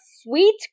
Sweet